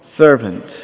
servant